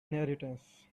inheritance